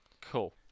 Cool